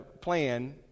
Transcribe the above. plan